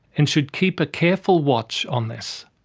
and should keep a careful watch on this.